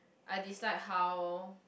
I dislike how